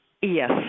Yes